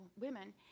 women